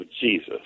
Jesus